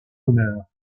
honneur